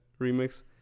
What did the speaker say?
remix